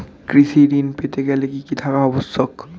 কৃষি ঋণ পেতে গেলে কি কি থাকা আবশ্যক?